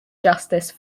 justice